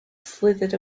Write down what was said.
slithered